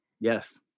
Yes